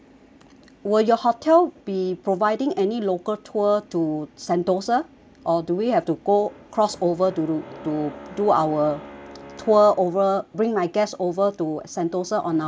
will your hotel be providing any local tour to sentosa or do we have to go cross over to to do our tour over bring my guest over to sentosa on our own